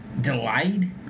delayed